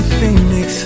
Phoenix